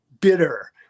bitter